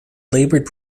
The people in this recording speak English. laboured